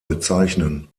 bezeichnen